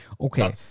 Okay